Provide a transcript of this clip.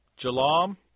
Jalam